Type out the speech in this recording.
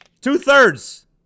Two-thirds